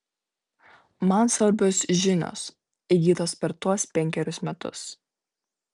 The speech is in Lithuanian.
man svarbios žinios įgytos per tuos penkerius metus